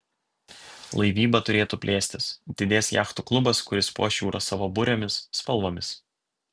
laivyba turėtų plėstis didės jachtų klubas kuris puoš jūrą savo burėmis spalvomis